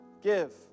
give